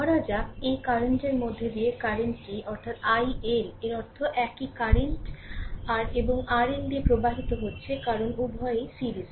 ধরা যাক এই কারেন্টের মধ্য দিয়ে কারেন্টটি IL এর অর্থ একই কারেন্ট আর এবং RL দিয়ে প্রবাহিত হচ্ছে কারণ উভয়ই সিরিজ